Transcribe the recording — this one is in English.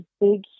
big